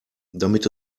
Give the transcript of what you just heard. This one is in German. damit